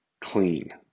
clean